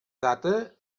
data